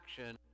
action